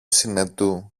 συνετού